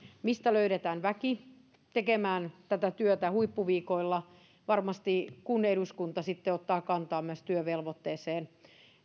mistä löydetään väki tekemään tätä työtä huippuviikoilla varmasti kun eduskunta sitten ottaa kantaa myös työvelvoitteeseen